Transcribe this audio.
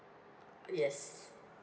yes